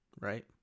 right